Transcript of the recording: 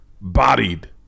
Bodied